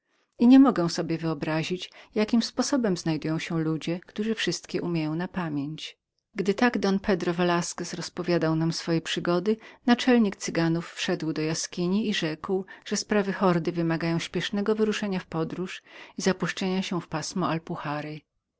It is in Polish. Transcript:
i niemogę sobie wyobrazić jakim sposobem znajdują się ludzie którzy wszystkie umieją na pamięć gdy tak don pedro velasquez rozpowiadał nam swoje przygody naczelnik cyganów wszedł do jaskini i rzekł że sprawy hordy wymagały śpiesznego wyruszenia w podróż i zapuszczenia się w pasmo alpuhary